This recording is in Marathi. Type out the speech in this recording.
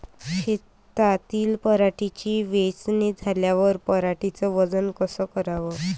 शेतातील पराटीची वेचनी झाल्यावर पराटीचं वजन कस कराव?